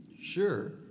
Sure